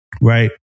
right